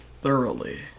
thoroughly